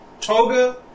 Toga